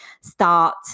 start